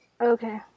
Okay